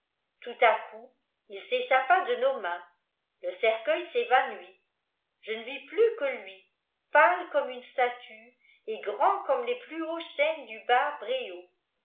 tout à coup il s'échappa de nos mains le cercueil s'évanouit je ne vis plus que lui pâle comme une statue et grand comme les plus hauts chênes du bas bréau